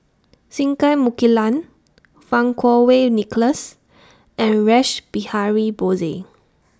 Singai Mukilan Fang Kuo Wei Nicholas and Rash Behari Bose